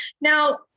Now